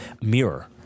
mirror